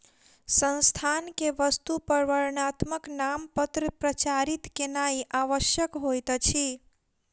संस्थान के वस्तु पर वर्णात्मक नामपत्र प्रचारित केनाई आवश्यक होइत अछि